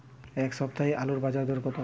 এ সপ্তাহে আলুর বাজার দর কত?